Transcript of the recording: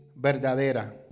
verdadera